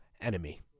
enemy